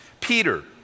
Peter